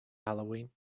halloween